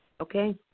Okay